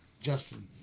Justin